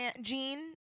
jean